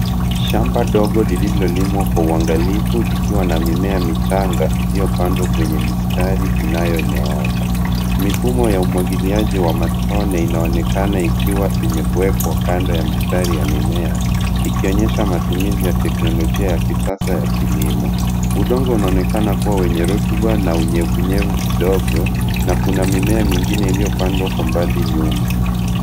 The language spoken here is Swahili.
Shamba dogo lililolimwa kwa uangalifu likiwa na mimea michanga iliyopandwa kwenye misatari inayonyooka. Mifumo ya umwagiliaji wa matone unaonekana ikiwa imewekwa kando ya mistari ya mimea, ikionyesha matumizi ya teknolojia ya kisasa ya kilimo. Udongo unaonekana kuwa wenye rotuba na unyevuunyevu kidogo na kuna mimea mingine iliyopandwa kwa mbali nyuma.